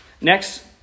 Next